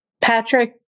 Patrick